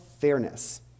fairness